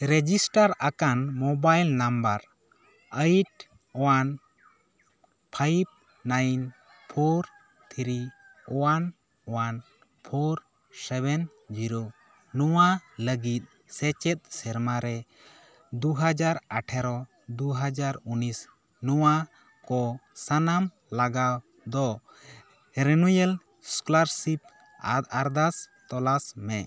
register ᱟᱠᱟᱱ mobile number eight one five nine four three one one four seven zero ᱱᱚᱣᱟ ᱞᱟᱹᱜᱤᱫ ᱥᱮᱪᱮᱫ ᱥᱮᱨᱢᱟ ᱨᱮ ᱫᱩ ᱦᱟᱡᱟᱨ ᱟᱴᱷᱮᱨᱚ ᱫᱩ ᱦᱟᱡᱟᱨ ᱩᱱᱤᱥ ᱱᱚᱣᱟ ᱠᱚ ᱥᱟᱱᱟᱢ ᱞᱟᱜᱟᱣ ᱫᱚ ᱨᱮᱱᱩᱭᱮᱞ ᱥᱠᱚᱞᱟᱨᱥᱤᱯ ᱟᱨᱫᱟᱥ ᱛᱚᱞᱟᱥ ᱢᱮ